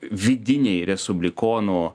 vidiniai respublikonų